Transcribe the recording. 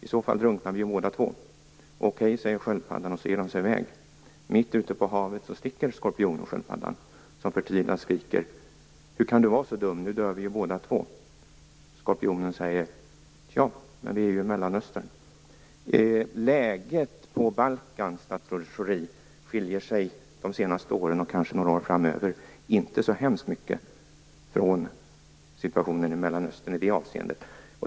I så fall drunknar vi ju båda två. Okej, säger sköldpaddan, och så ger de sig i väg. Mitt ute på havet sticker skorpionen sköldpaddan, som förtvivlat skriker: Hur kan du vara så dum? Nu dör vi ju båda två. Skorpionen säger: Tja, men vi är ju i Mellanöstern. Läget på Balkan under de senaste åren och kanske några år framöver, statsrådet Schori, skiljer sig inte så hemskt mycket från situationen i Mellanöstern i det avseendet.